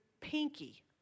pinky